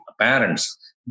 parents